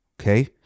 Okay